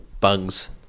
bugs